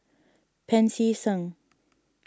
Pancy Seng